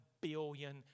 billion